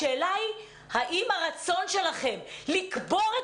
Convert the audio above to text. השאלה היא האם הרצון שלכם לקבור את